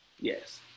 yes